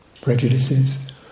Prejudices